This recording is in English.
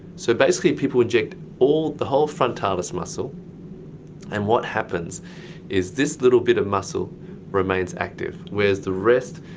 so basically people inject all, the whole frontalis muscle and what happens is this little bit of muscle remains active. whereas the rest,